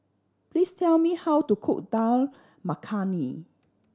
please tell me how to cook Dal Makhani